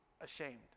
ashamed